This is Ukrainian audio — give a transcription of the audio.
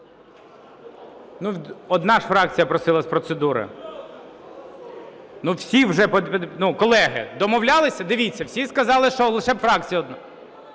одна ж фракція просила з процедури. Ну, всі вже… Ну, колеги, домовлялися, дивіться, всі сказали, що лише фракція одна.